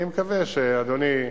אני מקווה שאדוני,